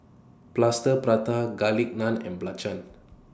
Plaster Prata Garlic Naan and Belacan